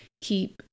keep